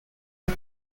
and